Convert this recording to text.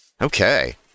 Okay